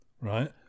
right